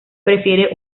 prefiere